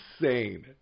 insane